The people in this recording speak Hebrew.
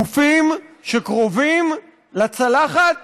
גופים שקרובים לצלחת